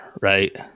right